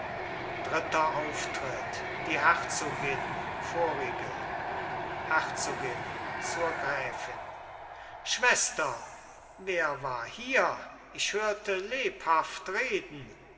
dritter auftritt die herzogin vorige herzogin zur gräfin schwester wer war hier ich hörte lebhaft reden